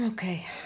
Okay